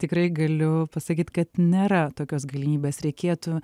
tikrai galiu pasakyt kad nėra tokios galimybės reikėtų